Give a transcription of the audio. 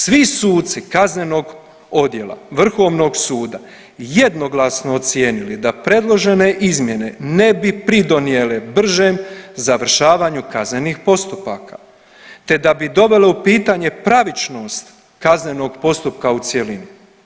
Svi suci Kaznenog odjela Vrhovnog suda jednoglasno ocijenili da predložene izmjene ne bi pridonijele bržem završavanju kaznenih postupaka te da bi dovelo u pitanje pravičnost kaznenog postupka u cjelini.